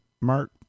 Mark